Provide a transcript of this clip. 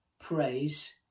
praise